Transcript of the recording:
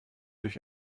durch